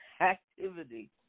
activity